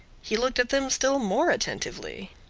he looked at them still more attentively.